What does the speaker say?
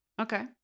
Okay